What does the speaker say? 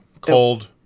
cold